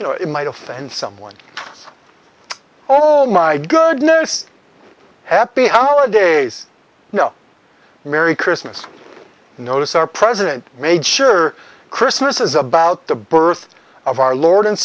you know it might offend someone all my goodness happy holidays no merry christmas notice our president made sure christmas is about the birth of our lord and